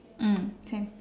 mm same